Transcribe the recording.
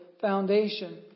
foundation